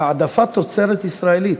והעדפת תוצרת ישראלית.